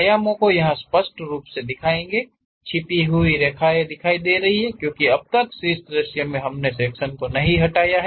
आयामो को यहा स्पष्ट रूप से दिखाएंगे छिपी हुई रेखाएं दिखाई दे रही हैं क्योंकि अब तक के शीर्ष दृश्य में हमने सेक्शन को नहीं हटाया था